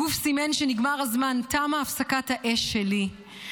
הגוף סימן שנגמר הזמן, תמה הפסקת האש שלי.